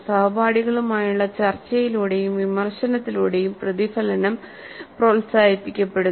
സഹപാഠികളുമായുള്ള ചർച്ചയിലൂടെയും വിമർശനത്തിലൂടെയും പ്രതിഫലനം പ്രോത്സാഹിപ്പിക്കപ്പെടുന്നു